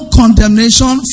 condemnation